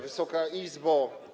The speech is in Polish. Wysoka Izbo!